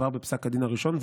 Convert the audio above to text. כבר בפסק הדין הראשון,